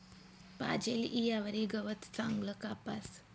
पाजेल ईयावरी गवत चांगलं कापास